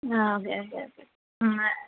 ആ okay okay okay ആ